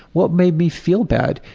what made me feel bad,